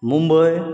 Mumbai